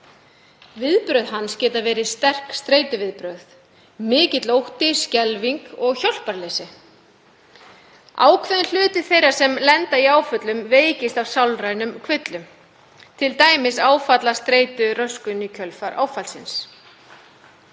Viðbrögð hans geta verið sterk streituviðbrögð, mikill ótti, skelfing og hjálparleysi. Ákveðinn hluti þeirra sem lenda í áföllum veikist af sálrænum kvillum, t.d. áfallastreituröskun í kjölfar áfallsins.